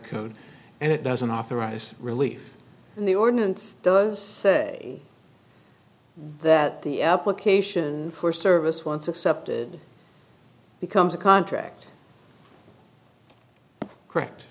code and it doesn't authorize relief and the ordinance does say that the application for service once accepted becomes a contract correct